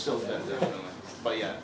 still but ye